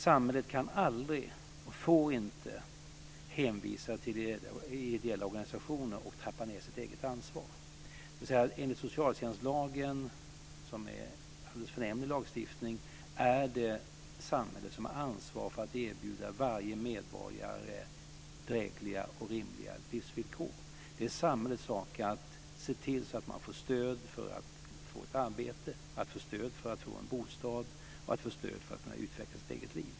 Samhället kan aldrig och får inte hänvisa till ideella organisationer och trappa ned sitt eget ansvar. Enligt socialtjänstlagen, som är en alldeles förnämlig lagstiftning, är det samhället som har ansvaret för att erbjuda varje medborgare drägliga och rimliga livsvillkor. Det är samhällets sak att se till att människor för stöd för att få ett arbete, stöd för att få en bostad och stöd för att kunna utveckla sitt eget liv.